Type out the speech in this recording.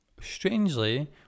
strangely